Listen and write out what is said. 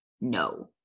no